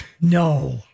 No